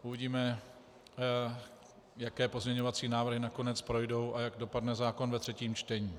Uvidíme, jaké pozměňovací návrhy nakonec projdou a jak dopadne zákon ve třetím čtení.